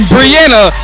Brianna